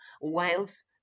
whilst